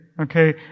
okay